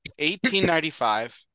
1895